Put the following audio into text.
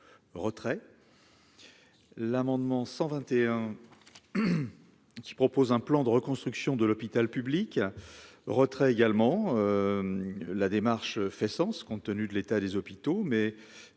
retrait. L'amendement 121 qui propose un plan de reconstruction de l'hôpital public retrait également la démarche fait sens compte tenu de l'état des hôpitaux,